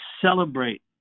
celebrate